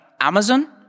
Amazon